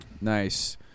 Nice